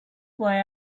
why